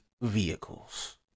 vehicles